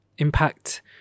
impact